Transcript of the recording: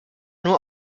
nur